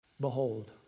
Behold